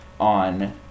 on